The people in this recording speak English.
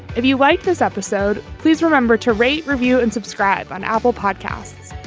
if you like this episode, please remember to rate review and subscribe on apple podcasts.